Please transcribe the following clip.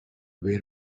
where